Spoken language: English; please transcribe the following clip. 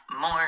more